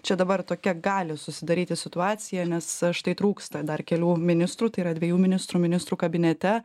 čia dabar tokia gali susidaryti situacija nes štai trūksta dar kelių ministrų tai yra dviejų ministrų ministrų kabinete